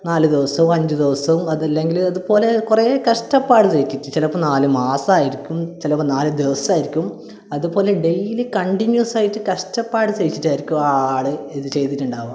നാലു ദിവസവും അഞ്ചു ദിവസവും അതല്ലെങ്കിൽ അതുപോലെ കുറേ കഷ്ടപ്പാട് സഹിച്ചിട്ട് ചിലപ്പോൾ നാല് മാസമായിരിക്കും ചിലപ്പോൾ നാല് ദിവസമായിരിക്കും അതുപോലെ ഡെയിലി കണ്ടിന്യൂസായിട്ട് കഷ്ടപ്പാട് സഹിച്ചിട്ടായിരിക്കും ആ ആള് ഇത് ചെയ്തിട്ടുണ്ടാവുക